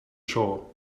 shore